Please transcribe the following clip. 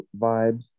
vibes